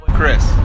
Chris